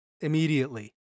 immediately